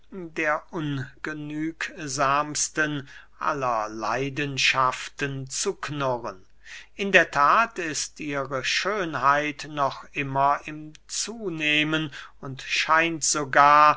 der ungenügsamsten aller leidenschaften zu knurren in der that ist ihre schönheit noch immer im zunehmen und scheint sogar